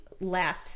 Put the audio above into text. Last